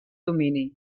domini